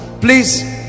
Please